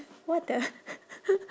what the